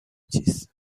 چیز